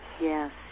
Yes